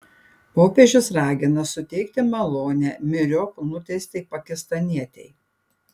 popiežius ragina suteikti malonę myriop nuteistai pakistanietei